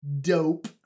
dope